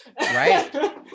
Right